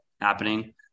happening